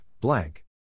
blank